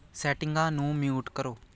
ਸੈਟਿੰਗਾਂ ਨੂੰ ਮਿਊਟ ਕਰੋ